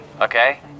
okay